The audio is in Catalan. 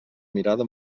mirada